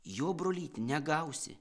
jo brolyti negausi